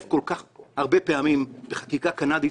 כל כך הרבה פעמים בחקיקה כמו בחקיקה הקנדית,